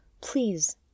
Please